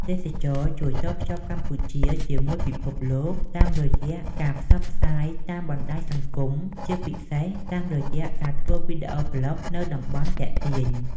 ទេសចរណ៍ជួយតភ្ជាប់កម្ពុជាជាមួយពិភពលោក តាមរយៈការផ្សព្វផ្សាយតាមបណ្តាញសង្គមជាពិសេសតាមរយះការធ្វើវីដេអូប្លុកនៅតំបន់ទាក់ទាញ។